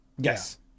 yes